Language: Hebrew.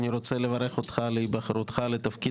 אני רוצה לברך אותך על היבחרך לתפקיד,